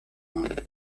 mann